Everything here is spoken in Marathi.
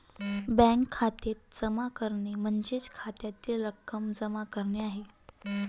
बँक खात्यात जमा करणे म्हणजे खात्यातील रक्कम जमा करणे आहे